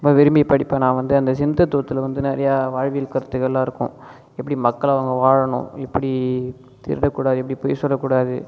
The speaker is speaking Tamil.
ரொம்ப விரும்பி படிப்பேன் நான் வந்து அந்த ஜென் தத்துவத்தில்வந்து நிறையா வாழ்வியல் கருத்துக்கள்லாம் இருக்கும் எப்படி மக்களால் நம்ப வாழனும் எப்படி திருடக்கூடாது எப்படி பொய் சொல்லக் கூடாது